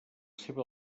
seva